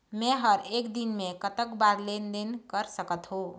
मे हर एक दिन मे कतक बार लेन देन कर सकत हों?